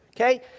Okay